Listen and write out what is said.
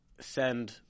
send